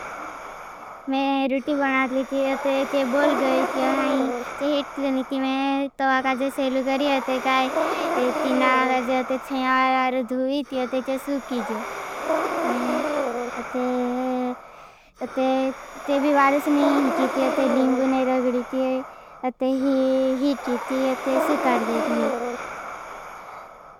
मेरे रुटी बनात लीथी अते चे बोलगय। अते हीटली नीती में तवागाज शेल करी। अते काई एतिनागाज अते छ्मेयारार धूई अते चे सुकीज। अते तेभी वारस नहीं हीटी। अते लिम्बुने रगडी अते हीटी अते सुकार्देती।